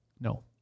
no